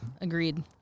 agreed